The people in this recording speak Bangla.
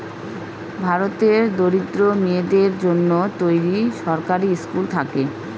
ভারতের দরিদ্র মেয়েদের জন্য তৈরী সরকারি স্কুল থাকে